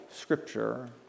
scripture